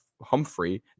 Humphrey